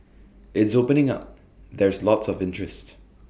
it's opening up there's lots of interest